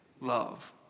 love